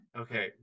okay